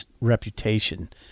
reputation